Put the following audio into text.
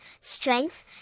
strength